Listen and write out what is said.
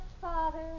Father